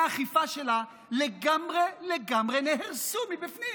האכיפה שלה לגמרי לגמרי נהרסו מבפנים